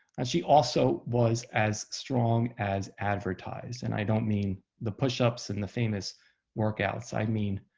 and she also was as strong as advertised. and i don't mean the push-ups and the famous workouts. i mean,